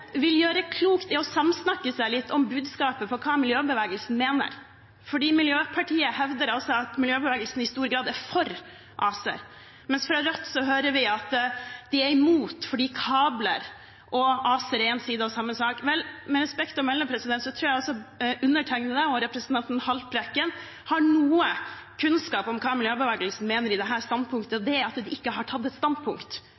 vil gjøre klokt i å samsnakke litt om budskapet fra miljøbevegelsen. Miljøpartiet De Grønne hevder at miljøbevegelsen i stor grad er for ACER, mens fra Rødt hører vi at de er imot, fordi kabler og ACER er én side av samme sak. Vel, med respekt å melde, tror jeg undertegnede og representanten Haltbrekken har noe kunnskap om hva miljøbevegelsen mener i dette standpunktet, og det